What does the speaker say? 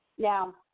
Now